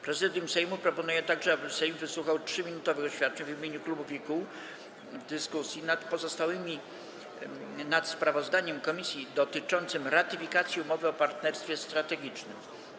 Prezydium Sejmu proponuje także, aby Sejm wysłuchał 3-minutowych oświadczeń w imieniu klubów i kół w dyskusji nad sprawozdaniem komisji dotyczącym ratyfikacji umowy o partnerstwie strategicznym.